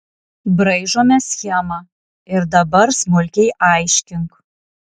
braižome schemą ir dabar smulkiai aiškink